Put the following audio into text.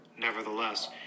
Nevertheless